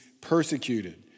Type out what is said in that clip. persecuted